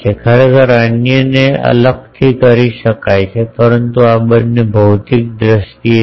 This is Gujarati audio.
ખરેખર અન્યને અલગથી કરી શકાય છે પરંતુ આ બંને ભૌતિક દ્રષ્ટિએ છે